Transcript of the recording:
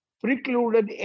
precluded